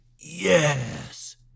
Yes